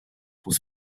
was